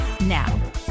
now